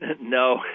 No